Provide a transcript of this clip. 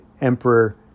Emperor